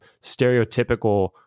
stereotypical